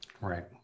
Right